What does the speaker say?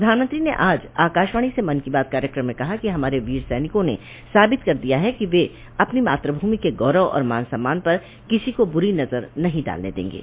प्रधानमंत्री ने आज आकाशवाणी से मन की बात कार्यक्रम में कहा कि हमारे वीर सैनिकों ने साबित कर दिया है कि वे अपनी मातृभूमि के गौरव और मान सम्मान पर किसी को बुरी नजर नहीं डालने देंगे